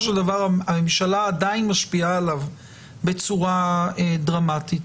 של דבר הממשלה עדיין משפיעה עליו בצורה דרמטית.